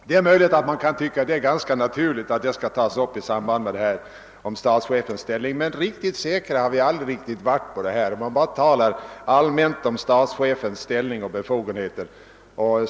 Det är möjligt att man kan tycka att det är naturligt att frågan om den kognatiska tronföljden skall tas upp i samband med statschefens ställning. Vi har emellertid aldrig varit riktigt övertygade om det. I grundlagberedningens direktiv anges bara helt allmänt att man skall ta upp frågan om statschefens ställning och befogenheter.